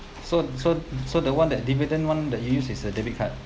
so so so the one that dividend [one] that you use is a debit card